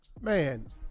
Man